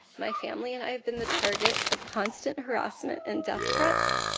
my family and i have been the target of constant harassment and death threats.